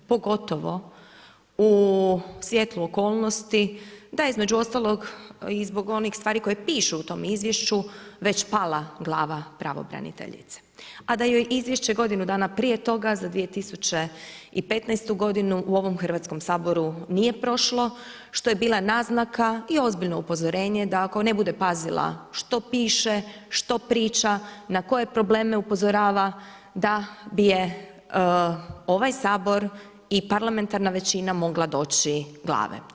Pogotovo u svjetlu okolnosti da je između ostalog i zbog onih stvari koje pišu u tom izvješću već pala glava pravobraniteljice, a da joj izvješće godinu dana prije toga za 2015. godinu u ovom Hrvatskom saboru nije prošlo, što je bila naznaka i ozbiljno upozorenje da ako ne bude pazila što piše, što priča, na koje probleme upozorava da bi je ovaj Sabor i parlamentarna većina mogla doći glave.